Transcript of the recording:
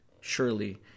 surely